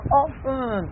often